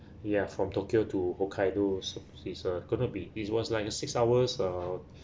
ya from tokyo to hokkaido so it's uh gonna be it was like six hours uh